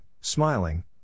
smiling